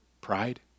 pride